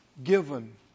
Given